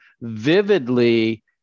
vividly